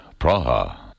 Praha